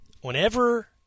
whenever